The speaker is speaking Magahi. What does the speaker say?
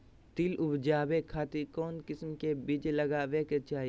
तिल उबजाबे खातिर कौन किस्म के बीज लगावे के चाही?